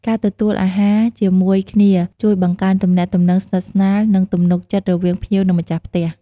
ការទទួលអាហារជាមួយគ្នាជួយបង្កើនទំនាក់ទំនងស្និតស្នាល និងទំនុកចិត្តរវាងភ្ញៀវ និង ម្ចាស់ផ្ទះ។